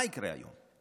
מה יקרה היום?